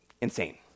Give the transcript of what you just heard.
insane